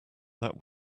that